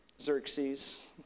Xerxes